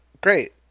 great